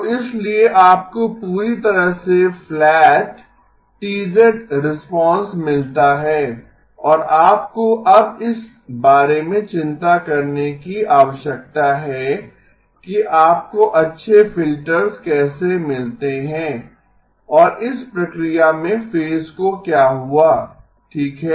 तो इसलिए आपको पूरी तरह से फ्लैट T रिस्पांस मिलता हैं और आपको अब इस बारे में चिंता करने की आवश्यकता है कि आपको अच्छे फिल्टर्स कैसे मिलते हैं और इस प्रक्रिया में फेज को क्या हुआ ठीक है